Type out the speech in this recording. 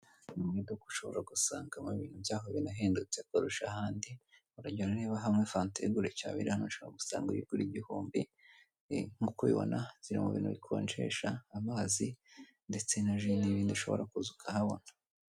Aha ni mu muhanda. Harimo imodoka nini ya bisi, itwarira abantu hamwe na ritiko. Hariho n'umugenzi utwaye umuzigo uremereye cyane. Arimo aragenda mu cyerekezo kimwe n'imodoka ya bisi. Hakurya y'umuhanda hari ibiti birebire.